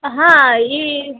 હા ઇ